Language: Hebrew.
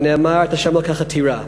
ונאמר: את ה' אלוקיך תירא".